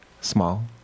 Small